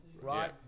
right